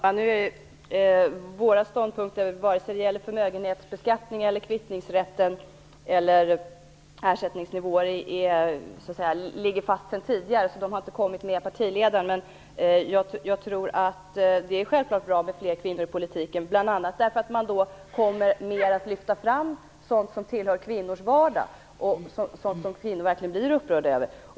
Fru talman! Våra ståndpunkter, vare sig det gäller förmögenhetsbeskattning, kvittningsrätt eller ersättningsnivåer, ligger så att säga fast sedan tidigare, de har inte kommit med den nya partiledaren. Det är självklart bra med fler kvinnor i politiken, bl.a. därför att man då mer kommer att lyfta fram sådant som tillhör kvinnors vardag och sådant som kvinnor verkligen blir upprörda över.